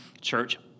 church